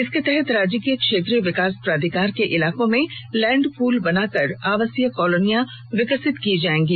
इसके तहत राज्य के क्षेत्रीय विकास प्राधिकार के इलाकों में लैंड पूल बनाकर आवासीय कॉलोनियां विकसित किए जाएंगे